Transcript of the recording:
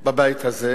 בבית הזה,